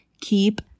keep